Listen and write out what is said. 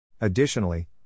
Additionally